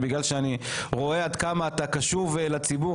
בגלל שאני רואה עד כמה אתה קשוב לציבור,